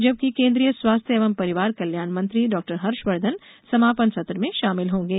जबकि केन्द्रीय स्वास्थ्य एवं परिवार कल्याण मंत्री डॉ हर्षवर्धन समापन सत्र में शामिल होंगे